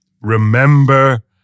Remember